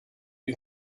you